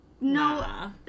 No